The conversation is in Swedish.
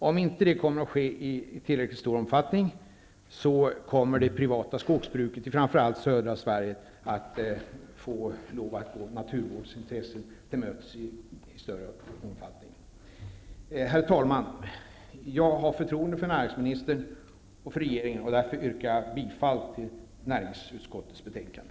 Om detta inte kan ske i tillräckligt stor omfattning, kommer det privata skogsbruket i framför allt södra Sverige att tvingas att gå naturvårdsintressen till mötes i större omfattning. Herr talman! Jag har förtroende för näringsministern och för regeringen. Därför yrkar jag bifall till hemställan i näringsutskottets betänkande.